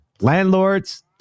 landlords